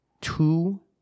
two